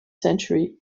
century